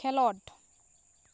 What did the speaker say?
ᱠᱷᱮᱞᱳᱰ